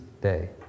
day